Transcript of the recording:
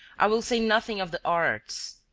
i will say nothing of the arts,